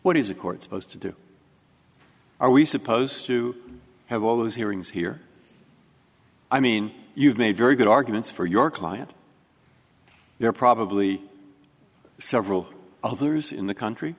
what is a court supposed to do are we supposed to have all these hearings here i mean you've made very good arguments for your client there are probably several others in the country